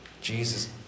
Jesus